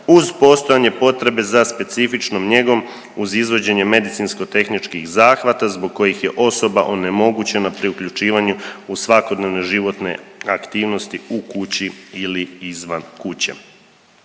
uz postojanje potrebe za specifičnom njegom uz izvođenje medicinsko tehničkih zahvata zbog kojih je osoba onemogućena pri uključivanju u svakodnevne životne aktivnosti u kući ili izvan kuće.